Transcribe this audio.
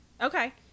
Okay